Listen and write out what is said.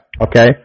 Okay